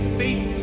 faith